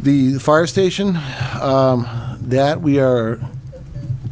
the fire station that we are